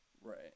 Right